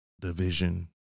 division